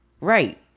right